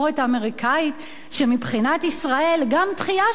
שמבחינת ישראל גם דחייה של פיתוח הגרעין,